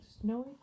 snowy